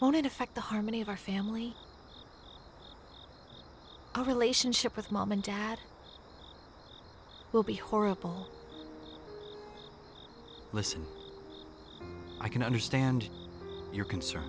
on it affect the harmony of our family relationship with mom and dad will be horrible listen i can understand your concern